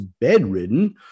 bedridden